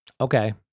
Okay